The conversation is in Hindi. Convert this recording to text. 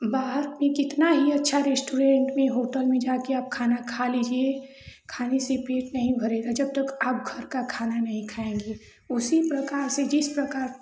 बाहर कोई कितना ही अच्छा रेस्टोरेन्ट होटल में जा कर आप खाना खा लीजिए खाने से पेट नहीं भरेगा जब तक आप घर का खाना नहीं खाएँगे उसी प्रकार से जिस प्रकार